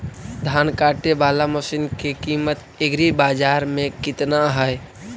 धान काटे बाला मशिन के किमत एग्रीबाजार मे कितना है?